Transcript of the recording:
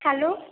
hello